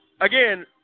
Again